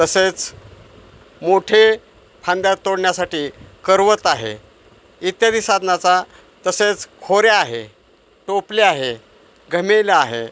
तसेच मोठे फांद्या तोडण्यासाठी करवत आहे इत्यादी साधनाचा तसेच खोऱ्या आहे टोपले आहे घमेलं आहे